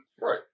Right